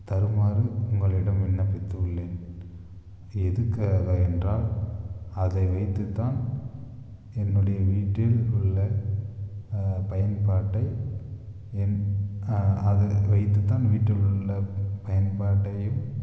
தருமாறு உங்களிடம் விண்ணப்பித்துள்ளேன் எதுக்காக என்றால் அதை வைத்துத் தான் என்னுடைய வீட்டில் உள்ள பயன்பாட்டை என் அது வைத்துத் தான் வீட்டில் உள்ள பயன்பாட்டையும்